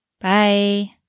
Bye